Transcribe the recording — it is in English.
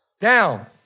down